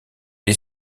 est